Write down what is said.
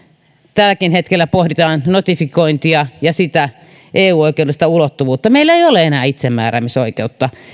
tälläkin hetkellä pohditaan notifikointia ja sitä eu oikeudellista ulottuvuutta meillä ei ole enää itsemääräämisoikeutta